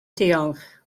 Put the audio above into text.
diolch